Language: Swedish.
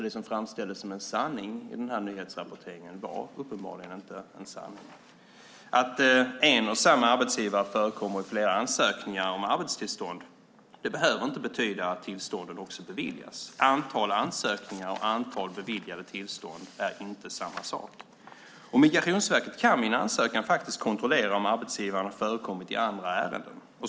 Det som framställdes som en sanning i den nyhetsrapporteringen var alltså uppenbarligen inte någon sanning. Att en och samma arbetsgivare förekommer i flera ansökningar om arbetstillstånd behöver inte betyda att tillstånden också beviljas. Antalet ansökningar och antalet beviljade tillstånd är inte samma sak. Migrationsverket kan vid en ansökan faktiskt kontrollera om arbetsgivaren har förekommit i andra ärenden.